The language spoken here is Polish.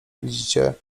widzicie